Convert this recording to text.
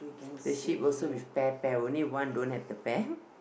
the sheep also with pair pair only one don't have the pair